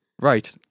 Right